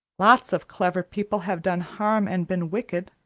lots of clever people have done harm and been wicked.